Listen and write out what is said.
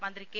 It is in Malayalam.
മന്ത്രി കെ